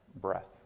Breath